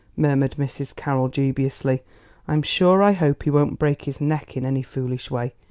murmured mrs. carroll dubiously i'm sure i hope he won't break his neck in any foolish way.